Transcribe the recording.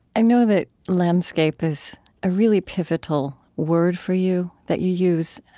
i know that landscape is a really pivotal word for you that you use,